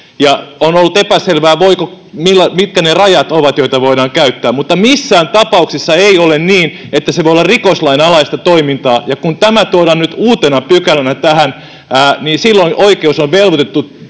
on ollut epäselvää, mitkä ne rajat ovat, joita voidaan käyttää. Mutta missään tapauksissa ei ole niin, että se voi olla rikoslain alaista toimintaa, ja kun tämä tuodaan nyt uutena pykälänä tähän, niin silloin oikeus on velvoitettu